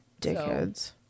Dickheads